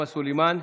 סליחה,